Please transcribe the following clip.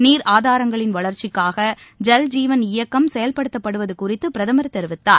நீர் ஆதாரங்களின் வளர்ச்சிக்காக ஜல்ஜீவன் இயக்கம் செயல்படுத்தப்படுவது குறித்து பிரதமர் தெரிவித்தார்